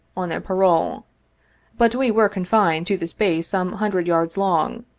on their parole but we were confined to the space some hundred yards long,